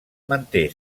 manté